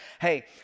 hey